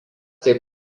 taip